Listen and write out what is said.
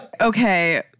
Okay